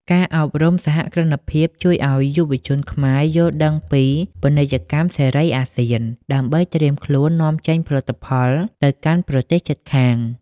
ការអប់រំសហគ្រិនភាពជួយឱ្យយុវជនខ្មែរយល់ដឹងពី "ពាណិជ្ជកម្មសេរីអាស៊ាន" ដើម្បីត្រៀមខ្លួននាំចេញផលិតផលទៅកាន់ប្រទេសជិតខាង។